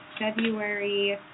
February